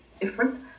different